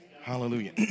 Hallelujah